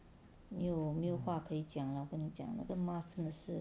又没有话可以讲了跟你讲那个 mask 真的是